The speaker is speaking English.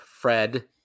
Fred